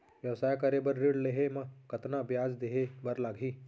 व्यवसाय करे बर ऋण लेहे म कतना ब्याज देहे बर लागही?